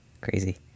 Crazy